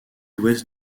ouest